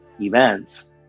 events